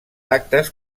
actes